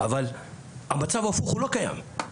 אבל המצב ההפוך לא קיים.